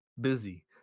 busy